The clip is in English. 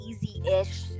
easy-ish